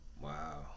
wow